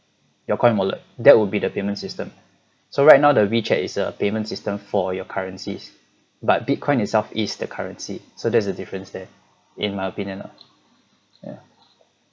your coin wallet that would be the payment system so right now the wechat is a payment system for your currencies but bitcoin itself is the currency so there's a difference there in my opinion lah ya